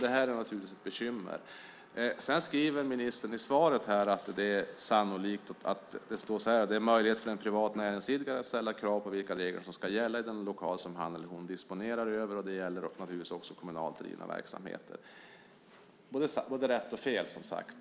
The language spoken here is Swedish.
Det är naturligtvis ett bekymmer. Ministern skriver i svaret att det finns möjlighet för en privat näringsidkare att ställa krav på vilka regler som ska gälla i den lokal som han eller hon disponerar över, och det gäller naturligtvis också kommunalt drivna verksamheter. Det är både rätt och fel, som sagt.